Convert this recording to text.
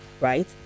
right